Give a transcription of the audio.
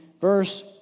verse